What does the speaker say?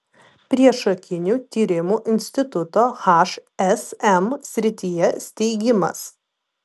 priešakinių tyrimų instituto hsm srityje steigimas